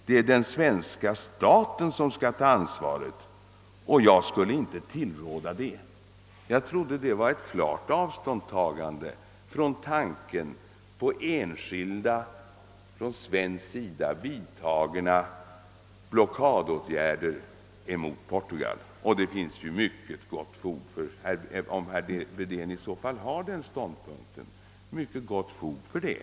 Det är den svenska staten som ska ta ansvaret. Och jag skulle inte tillråda det.» Jag uppfattade detta som ett klart avståndstagande från tanken på enskilda från svensk sida vidtagna blockadåtgärder mot Portugal. Om herr Wedén intar den ståndpunkten har han mycket gott fog för det.